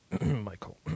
Michael